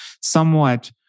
somewhat